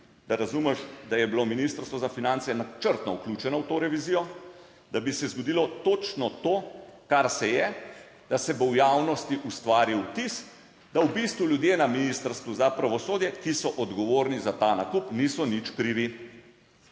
da razumeš, da je bilo ministrstvo za finance načrtno vključeno v to revizijo, da bi se zgodilo točno to, kar se je, da se bo v javnosti ustvaril vtis, da v bistvu ljudje na Ministrstvu za pravosodje, ki so odgovorni za ta nakup, niso nič krivi.